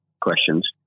questions